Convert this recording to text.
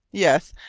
yes!